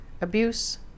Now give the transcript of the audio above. Abuse